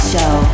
Show